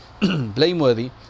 blameworthy